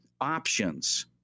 options